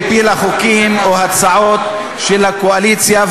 והפילה חוקים או הצעות של הקואליציה,